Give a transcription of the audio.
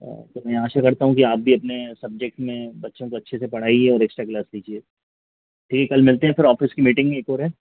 आ मैं आशा करता हूँ कि आप भी अपने सब्जेक्ट में बच्चों को अच्छे से पढ़ाईए और एक्स्ट्रा क्लास लीजिए ठीक है कल मिलते हैं फिर ऑफिस की मीटिंग एक और है